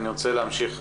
אני רוצה להמשיך.